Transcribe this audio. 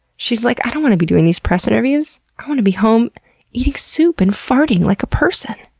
she's like, i don't want to be doing these press interviews. i want to be home eating soup and farting like a person.